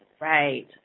Right